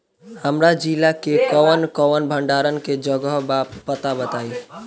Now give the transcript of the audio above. हमरा जिला मे कवन कवन भंडारन के जगहबा पता बताईं?